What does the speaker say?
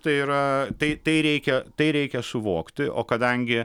tai yra tai reikia tai reikia suvokti o kadangi